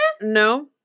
No